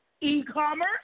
e-commerce